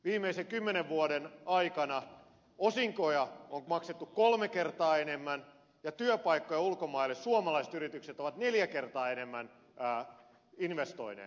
viimeisen kymmenen vuoden aikana osinkoja on maksettu kolme kertaa enemmän ja työpaikkoja ulkomaille suomalaiset yritykset ovat neljä kertaa enemmän investoineet